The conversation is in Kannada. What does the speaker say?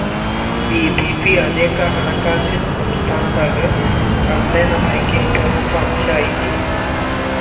ಇ.ಬಿ.ಪಿ ಅನೇಕ ಹಣಕಾಸಿನ್ ಸಂಸ್ಥಾದಾಗ ಆನ್ಲೈನ್ ಬ್ಯಾಂಕಿಂಗ್ನ ಪ್ರಮುಖ ಅಂಶಾಐತಿ